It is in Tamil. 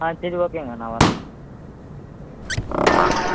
ஆ சரி ஓகேங்க நான் வரேன் ஆ